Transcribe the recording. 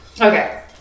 Okay